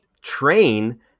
train